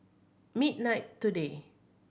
midnight today